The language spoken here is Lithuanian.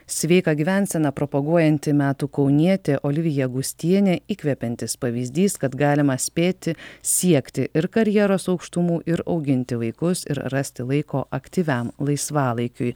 sveiką gyvenseną propaguojanti metų kaunietė olivija gustienė įkvepiantis pavyzdys kad galima spėti siekti ir karjeros aukštumų ir auginti vaikus ir rasti laiko aktyviam laisvalaikiui